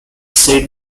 set